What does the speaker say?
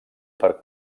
per